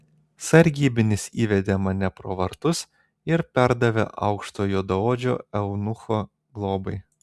sargybinis įvedė mane pro vartus ir perdavė aukšto juodaodžio eunucho globai